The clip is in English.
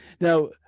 Now